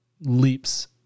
leaps